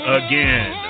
again